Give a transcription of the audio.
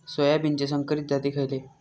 सोयाबीनचे संकरित जाती खयले?